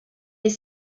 est